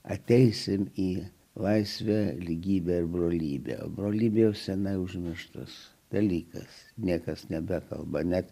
ateisime į laisvę lygybę brolybę brolybė jau seniai užmirštas dalykas niekas nebekalba net